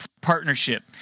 partnership